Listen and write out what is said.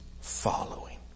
following